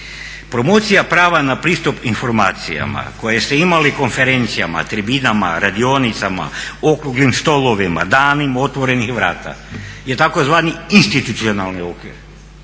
Promocija prava na pristup informacijama koje ste imali konferencijama, tribinama, radionicama, okruglim stolovima, danima otvorenih vrata je tzv. institucionalni okvir.